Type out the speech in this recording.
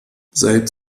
seit